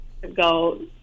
go